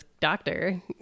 doctor